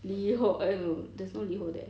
LiHO eh no there's no LiHO there